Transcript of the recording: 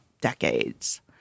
decades